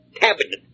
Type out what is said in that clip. cabinet